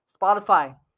Spotify